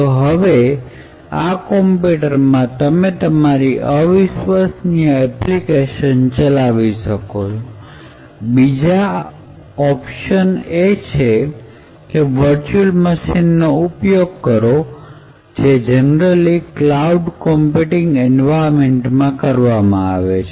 તો હવે આ કોમ્પ્યુટર માં તમે તમારી અવિશ્વાસનિય એપ્લિકેશન ચલાવી શકો બીજો ઉકેલ એ છે કે વરચ્યુલ મશીનનો ઉપયોગ કરો અને એ જનરલી ક્લાઉડ કોમ્પ્યુટિંગ એન્વાયરમેન્ટ માં કરવામાં આવે છે